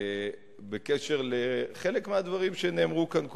בקשר לחלק מהדברים שנאמרו כאן קודם.